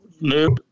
Nope